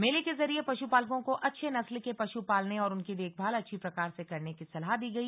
मेले के जरिए पशुपालकों को अच्छे नस्ल के पशु पालने और उनकी देखभाल अच्छी प्रकार से करने की सलाह दी गई